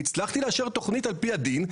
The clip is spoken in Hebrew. והצלחתי לאשר תוכנית על פי הדין,